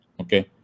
Okay